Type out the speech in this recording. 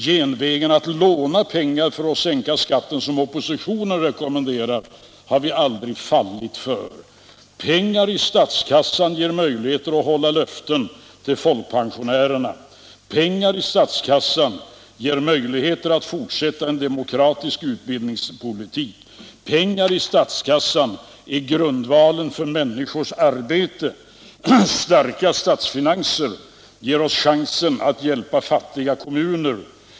Genvägen att låna pengar för att sänka skatten, som oppositionen rekommenderar, har vi aldrig fallit för. Pengar i statskassan ger möjligheter att hålla löften till folkpensionärerna. Pengar i statskassan ger möjligheter att fortsätta en demokratisk utbildningspolitik. Pengar i statskassan är grundvalen för människors arbete. Starka statsfinanser ger oss chansen att hjälpa fattiga kommuner.